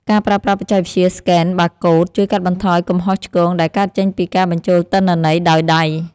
ការប្រើប្រាស់បច្ចេកវិទ្យាស្កេនបាកូដជួយកាត់បន្ថយកំហុសឆ្គងដែលកើតចេញពីការបញ្ចូលទិន្នន័យដោយដៃ។